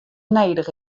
nedich